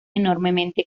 enormemente